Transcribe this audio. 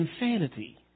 insanity